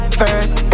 first